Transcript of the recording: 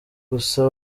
gusa